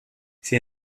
sie